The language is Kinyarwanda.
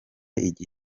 iki